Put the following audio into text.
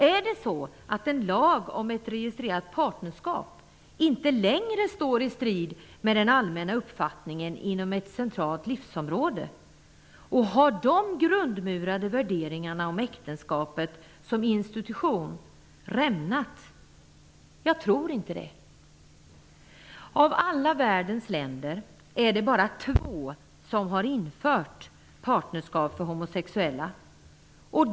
Är det så att en lag om ett registrerat partnerskap inte längre står i strid med den allmänna uppfattningen inom ett centralt livsområde? Har de grundmurade värderingarna om äktenskapet som institution rämnat? Jag tror inte det. Av alla världens länder är det bara två som har infört partnerskap för homosexuella.